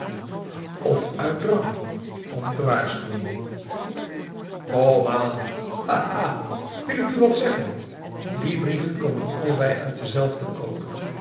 of uit drang om te waarschuwen komaan ha ha wil ik u wat zeggen die brieven komen allebei uit dezelfde koker